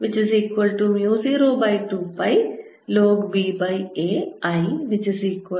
abB